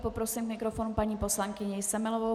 Poprosím k mikrofonu paní poslankyni Semelovou.